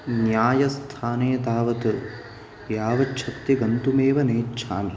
न्यायस्थाने तावत् यावच्छक्ति गन्तुमेव नेच्छामि